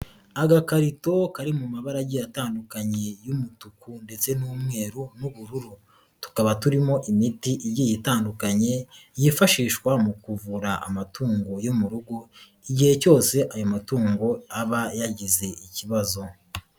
Agakarito kari mu mabara agiye atandukanye y'umutuku ndetse n'umweru n'ubururu. Tukaba turimo imiti igiye itandukanye yifashishwa mu kuvura amatungo yo mu rugo igihe cyose ayo matungo aba yagize ikibazo.